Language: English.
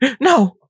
No